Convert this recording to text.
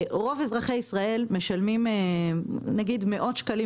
רוב אזרחי ישראל משלמים מאות שקלים